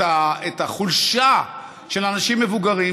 את החולשה של אנשים מבוגרים,